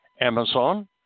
Amazon